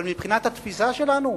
אבל מבחינת התפיסה שלנו,